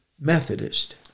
Methodist